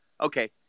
okay